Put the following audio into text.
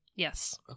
Yes